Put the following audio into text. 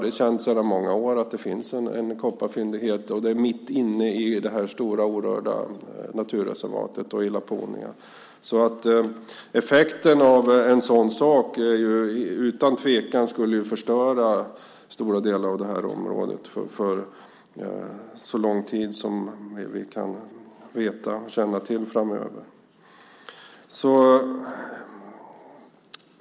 Det är känt sedan många år att det finns en kopparfyndighet mitt inne i detta stora orörda naturreservat och i Laponia. Effekten av en sådan sak skulle utan tvekan förstöra stora delar av området för så lång tid som vi kan känna till framöver.